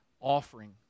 offering